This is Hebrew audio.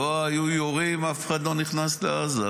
ואם לא היו יורים אף אחד לא היה נכנס לעזה,